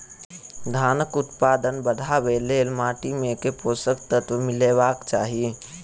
धानक उत्पादन बढ़ाबै लेल माटि मे केँ पोसक तत्व मिलेबाक चाहि?